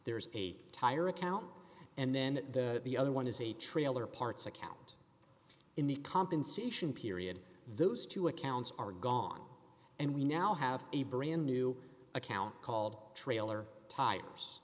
there's a tire account and then the the other one is a trailer parts account in the compensation period those two accounts are gone and we now have a brand new account called trailer tires